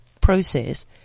process